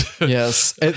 yes